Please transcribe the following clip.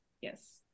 yes